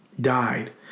died